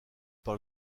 par